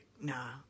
Nah